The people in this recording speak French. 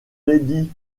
lady